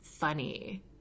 funny